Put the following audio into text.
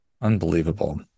Unbelievable